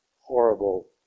horrible